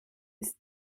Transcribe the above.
ist